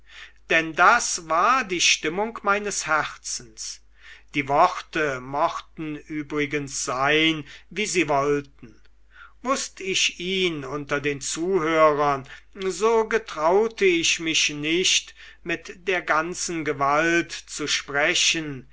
denn das war die stimmung meines herzens die worte mochten übrigens sein wie sie wollten wußt ich ihn unter den zuhörern so getraute ich mich nicht mit der ganzen gewalt zu sprechen